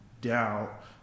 doubt